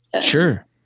Sure